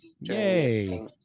yay